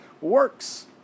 works